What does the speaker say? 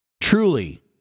Truly